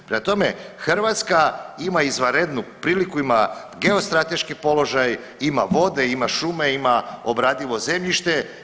Prema tome, Hrvatska ima izvanrednu priliku, ima geostrateški položaj, ima vode, ima šume, ima obradivo zemljište.